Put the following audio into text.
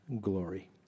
glory